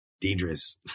dangerous